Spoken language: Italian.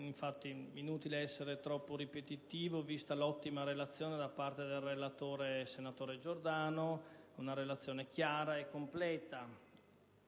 infatti inutile essere troppo ripetitivi, vista l'ottima relazione del senatore Giordano: una relazione chiara e completa.